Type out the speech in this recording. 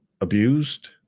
abused